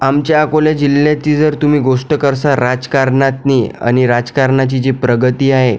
आमच्या अकोल्या जिल्ह्याची जर तुम्ही गोष्ट करसा राजकारणातनी आणि राजकारणाची जी प्रगती आहे